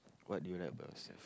what do you like most